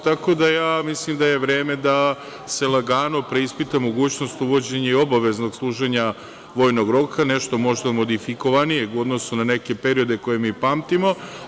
Tako da, ja mislim da je vreme da se lagano preispita mogućnost uvođenja i obaveznog služenja vojnog roka, nešto možda modifikovanijeg u odnosu na neke periode koje mi pamtimo.